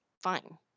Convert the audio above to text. fine